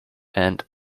and